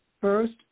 First